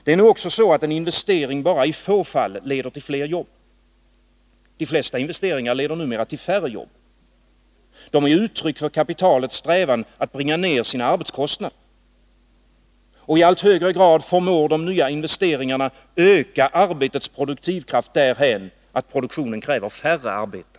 Det är också så, att en investering bara i få fall leder till fler jobb. De flesta investeringar leder numera till färre jobb. De är uttryck för kapitalets strävan att bringa ner sina arbetskostnader. Och i allt högre grad förmår de nya investeringarna öka arbetets produktivkraft därhän att produktionen kräver färre arbetare.